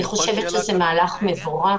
אני חושבת שזה מהלך מבורך.